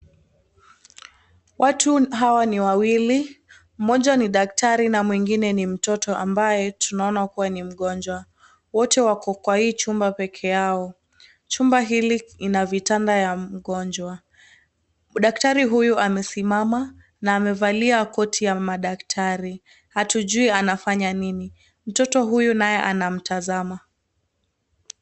Watu hawa ni wawili. Mmoja ni daktari na mwengine ni mtoto ambaye tunaona kuwa ni mgonjwa. Wote wako kwa hii chumba pekeao. Chumba hili ina vitanda ya mgonjwa. Daktari huyu amesimama na amevalia koti ya madaktari, hatujui anafanya nini. Mtoto huyu naye anamtazama.